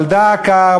אבל דא עקא,